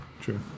True